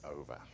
over